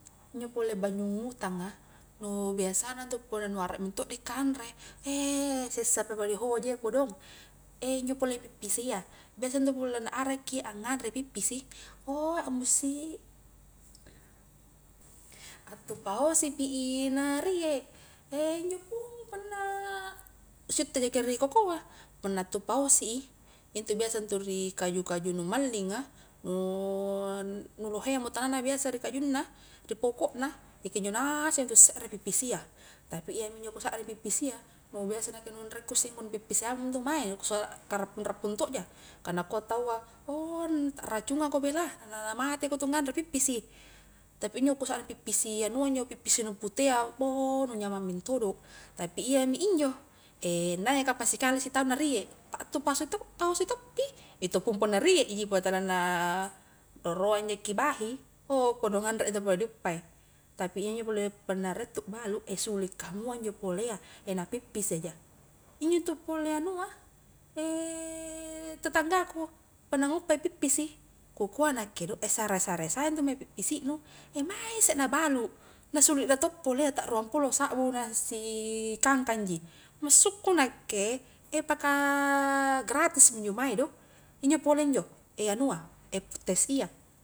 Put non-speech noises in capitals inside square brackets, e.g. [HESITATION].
Injo pole bajung utanga nu biasa na, intu punna nu arak mento di kanre [HESITATION] sessa pa punna di hoja iya kodong, [HESITATION] injo pole pippisia, biasa intu pole na arakki angnganre pippisi, ou ambusi hattu pahosi pi i na riek, injo pun punna sitte jaki ri kokoa, punna hattu pahosi i, intu biasa intu ri kaju-kaju nu mallinga, nu [HESITATION] nu lohea mo tananna biasa ri kajunna, ri poko' na, [HESITATION] kunjo ngasek mi intu sekre pippisi a, tapi iyaminjo kusakring pippisia, nu biasa nakke nu anre ku usse i nu pippisi apamo intu mae, nu ku sua karappung-rappung tokja, ka nakua taua ou nu takracunga ko bela, na na mate ko intu nganre pippisi, tapi injo kusakring pippisi anua injo, pippisi nu putea, bou nu nyamang mentodo, tapi iyami injo [HESITATION] andana ja kapang sikali sitaung na riek, [UNINTELLIGIBLE] pahosi toppi, itupun punna riek ji, punna tala na roroang jaki bahi ou kodong anre ja intu pole di uppae, tapi iya injo pole punna riek tu akbalu, [HESITATION] suli kamua injo polea, [HESITATION] na pippisi ja, injo intu pole anua, [HESITATION] tetanggaku, punna nguppa i pippisi, ku kua nakke do, [HESITATION] sare-sare sae intu mae pippisi nu, [HESITATION] mae isse na balu, na sulik na tok polea ta ruang pulo sakbu, na si kangkang ji, massuku nakke [HESITATION] paka gratis mi injo mae do injo pole injo [HESITATION] anua [HESITATION] pettes iya.